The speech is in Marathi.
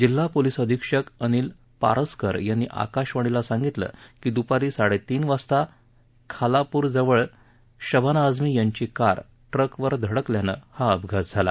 जिल्हा पोलीस अधिक्षक अनिल पारसकर यांनी आकाशवाणीला सांगितलं की दुपारी साडेतीन वाजता खालापूर नजीक शबाना आझमी यांची कार ट्रकवर धडकल्यानं हा अपघात झाला